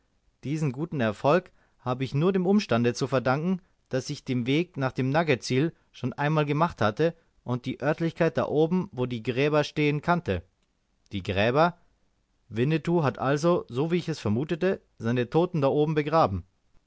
diesen guten erfolg habe ich nur dem umstande zu verdanken daß ich den weg nach dem nugget tsil schon einmal gemacht hatte und die oertlichkeit da oben wo die gräber stehen kannte die gräber winnetou hat also so wie ich es vermutete seine toten da oben begraben